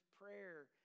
prayer